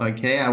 Okay